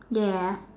ya